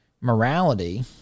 morality